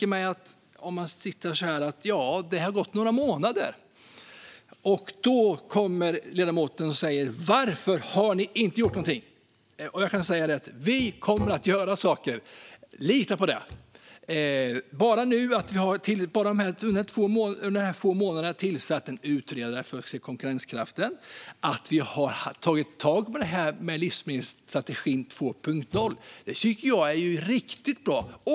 Det har alltså gått några månader, och nu kommer ledamoten och säger "Varför har ni inte gjort någonting?" Jag kan säga att vi kommer att göra saker - lita på det! Under de här få månaderna har vi tillsatt en utredare för konkurrenskraften. Vi har även tagit tag i livsmedelsstrategin 2.0, vilket jag tycker är riktigt bra.